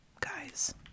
guys